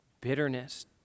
bitterness